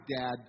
dad